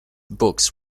books